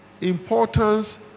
importance